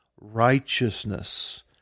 righteousness